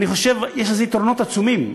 אני חושב שיש לזה יתרונות עצומים.